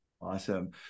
Awesome